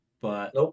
but-